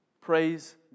praise